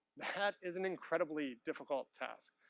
that is an incredibly difficult task.